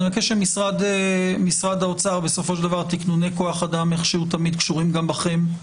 משרד האוצר, תקני כוח אדם תמיד קשורים גם בכם,